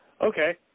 Okay